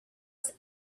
trust